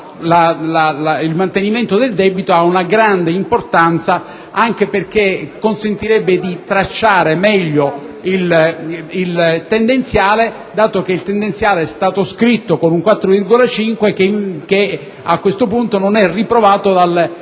il mantenimento del debito, ha una grande importanza, anche perché consentirebbe di tracciare meglio il tendenziale, dato che il tendenziale è stato scritto con un 4,5 che a questo punto non è riprovato dalle